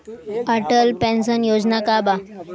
Atal pension Yojana का बा?